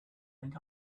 think